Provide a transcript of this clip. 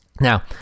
Now